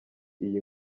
iyi